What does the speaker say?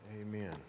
amen